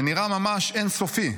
זה נראה ממש אין-סופי.